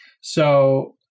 So-